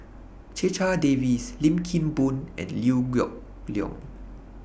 Checha Davies Lim Kim Boon and Liew Geok Leong